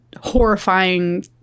horrifying